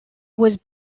was